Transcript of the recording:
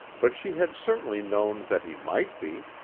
but she had certainly known that he might be.